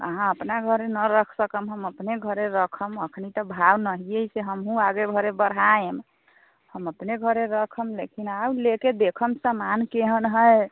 अहाँ अपना घरे ने रख सकम हम अपने घरे रखम एखन तऽ भाव नहि हइ कि हमहूँ आगे भरे बढ़ाइम हम अपने घरे रखम लेकिन आउ लऽ कऽ देखम सामान केहन हइ